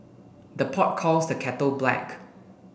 the pot calls the kettle black